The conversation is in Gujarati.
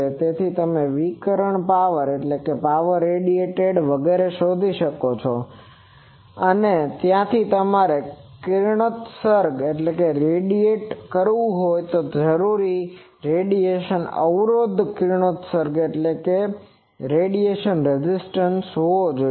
તેથી તમે વિકિરણ પાવર વગેરે શોધી શકો છો અને ત્યાંથી તમારે કિરણોત્સર્ગ કરવું હોય તો તે જરૂરી છે તેમાં રેડિયેશન અવરોધradiation resistanceકિરણોત્સર્ગ અવરોધ હોવો જોઈએ